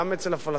גם אצלנו.